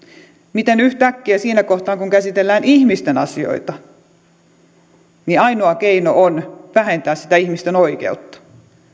miten yhtäkkiä siinä kohtaa kun käsitellään ihmisten asioita ainoa keino on vähentää sitä ihmisten oikeutta